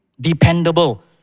dependable